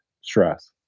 stress